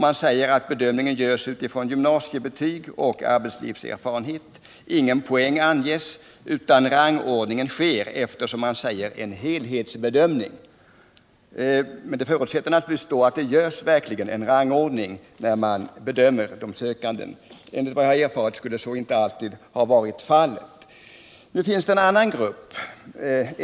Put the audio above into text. Man säger att bedömningen görs utifrån gymnasiebetyg och arbetslivserfarenhet. Ingen poäng anges, utan rangordningen sker efter, som man säger, en helhetsbedömning. Det förutsätts således att det verkligen görs en rangordning av de sökande, och enligt vad jag har erfarit skulle så inte alltid ha varit fallet. Indelning görs i olika grupper.